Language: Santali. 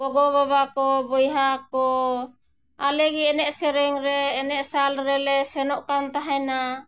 ᱜᱚᱜᱚ ᱵᱟᱵᱟ ᱠᱚ ᱵᱚᱭᱦᱟ ᱠᱚ ᱟᱞᱮ ᱜᱮ ᱮᱱᱮᱡ ᱥᱮᱨᱮᱧ ᱨᱮ ᱮᱱᱮᱡ ᱥᱟᱞ ᱨᱮᱞᱮ ᱥᱮᱱᱚᱜ ᱠᱟᱱ ᱛᱟᱦᱮᱱᱟ